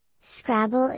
Scrabble